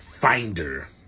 finder